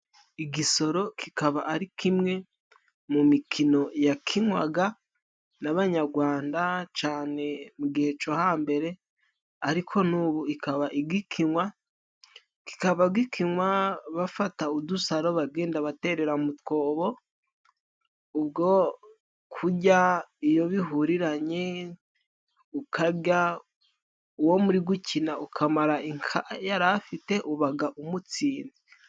Igisoro kikaba ari kimwe mu mikino yakinwaga n'abanyagwanda， cane mu gihe cyo hambere， ariko n'ubu ikaba igikinwa. Kikaba gikinwa bafata udusaro bagenda baterera mu mwobo， ubwo kurya iyo bihuriranye ukarya uwo muri gukina， ukamaraga inka yarafite ubaga umutsinze.